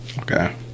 Okay